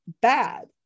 bad